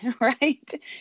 right